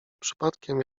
przypadkiem